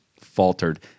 faltered